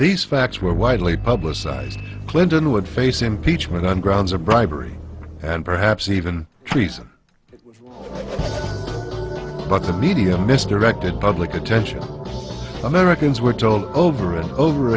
these facts were widely publicized clinton would face impeachment on grounds of bribery and perhaps even treason but the media misdirected public attention americans were told over and over